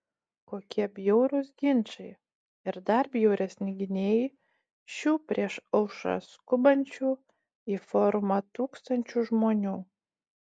kokie bjaurūs ginčai ir dar bjauresni gynėjai šių prieš aušrą skubančių į forumą tūkstančių žmonių